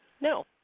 No